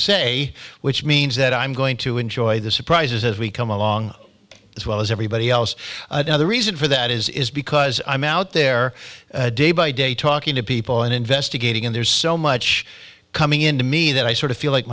say which means that i'm going to enjoy the surprises as we come along as well as everybody else the reason for that is because i'm out there day by day talking to people and investigating and there's so much coming into me that i sort of feel like